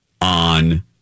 on